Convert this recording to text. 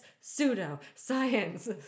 Pseudo-science